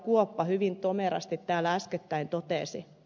kuoppa hyvin tomerasti täällä äskettäin totesi